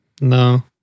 No